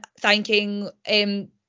thanking